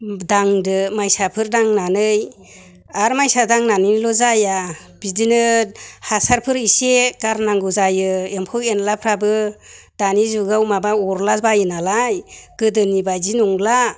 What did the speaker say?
दांदो मायसाफोर दांनानै आरो मायसा दांनायजोंल' जाया बिदिनो हासारफोर इसे गारनांगौ जायो एम्फौ एनलाफोराबो दानि जुगाव माबा अरलाबायो नालाय गोदोनि बायदि नंला